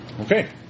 Okay